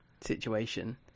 situation